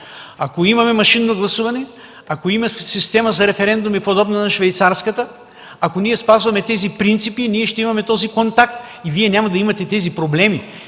Ако имаме машинно гласуване, ако имаме система за референдуми подобно на швейцарската, ако спазваме тези принципи, ние ще имаме този контакт и Вие няма да имате тези проблеми.